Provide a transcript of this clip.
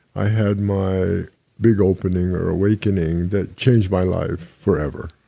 i had my big opening or awakening that changed my life forever.